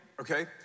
Okay